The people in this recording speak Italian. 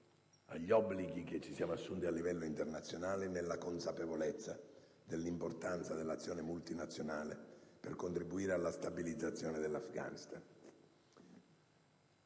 agli obblighi che ci siamo assunti a livello internazionale nella consapevolezza dell'importanza dell'azione multinazionale per contribuire alla stabilizzazione dell'Afghanistan.